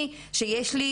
אני שיש לי